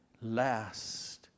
last